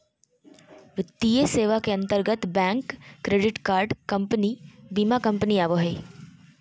वित्तीय सेवा के अंतर्गत बैंक, क्रेडिट कार्ड कम्पनी, बीमा कम्पनी आवो हय